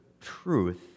truth